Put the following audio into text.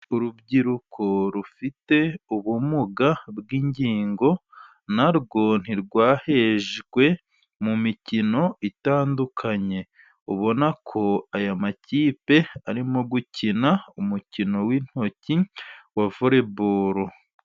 Urubyiruko rufite ubumuga bw'ingingo, na rwo ntirwahejwe mu mikino itandukanye . Ubona ko aya makipe arimo gukina umukino w'intoki wa voreboro.